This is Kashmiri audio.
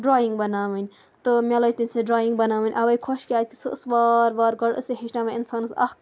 ڈرٛایِنٛگ بَناوٕنۍ تہٕ مےٚ لٔج تٔمۍ سٕںٛز ڈرٛایِنٛگ بَناوٕنۍ اَوَے خۄش کیٛازِکہِ سُہ ٲس وار وار گۄڈٕ ٲس سُہ ہیٚچھناوان اِنسانَس اَکھ